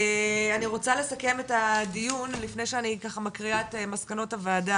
אני רוצה לסכם את הדיון לפני שאני מקריאה את מסקנות הועדה,